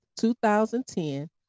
2010